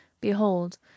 Behold